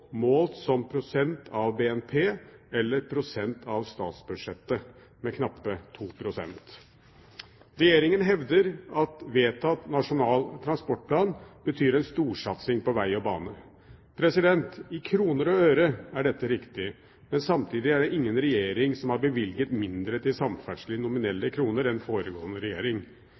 målt som prosent av BNP eller prosent av statsbudsjettet med knappe 2 pst. Regjeringen hevder at vedtatt Nasjonal transportplan betyr en storsatsing på veg og bane. I kroner og øre er dette riktig, men samtidig er det ingen regjering som har bevilget mindre til samferdsel i nominelle kroner enn foregående regjering.